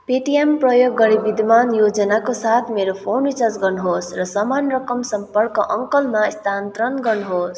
Paytm प्रयोग गरी विद्यमान योजनाको साथ मेरो फोन रिचार्ज गर्नुहोस् र समान रकम सम्पर्क अङ्कनमा स्थानान्तरण गर्नुहोस्